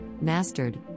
mastered